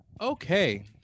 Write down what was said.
Okay